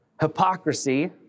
hypocrisy